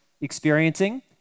experiencing